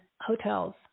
hotels